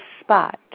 spot